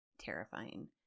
terrifying